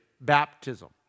baptism